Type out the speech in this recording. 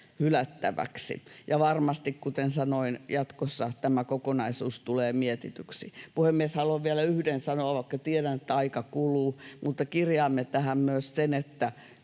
hylättäväksi. Ja varmasti, kuten sanoin, jatkossa tämä kokonaisuus tulee mietityksi. Puhemies, haluan vielä yhden sanoa, vaikka tiedän, että aika kuluu. Kirjaamme tähän myös sen, että